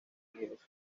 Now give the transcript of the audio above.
unidos